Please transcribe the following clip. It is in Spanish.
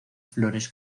flores